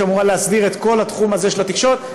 שאמורה להסדיר את כל התחום הזה של התקשורת,